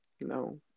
no